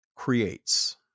creates